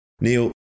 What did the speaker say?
Neil